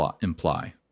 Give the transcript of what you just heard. imply